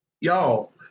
y'all